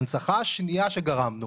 ההנצחה השנייה שגרמנו